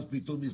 ואז פתאום.